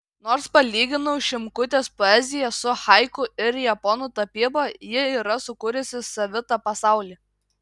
nors palyginau šimkutės poeziją su haiku ir japonų tapyba ji yra sukūrusi savitą pasaulį